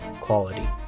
quality